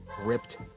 ripped